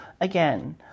again